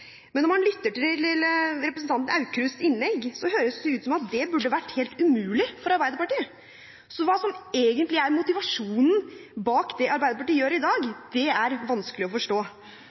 Men når man lytter til representanten Aukrusts innlegg, høres det ut som om det burde vært helt umulig for Arbeiderpartiet. Så hva som egentlig er motivasjonen bak det Arbeiderpartiet gjør i dag, er vanskelig å forstå.